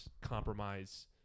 compromise